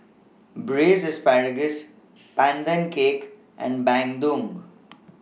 Braised Asparagus Pandan Cake and Bandung